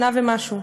שנה ומשהו,